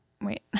Wait